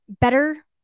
better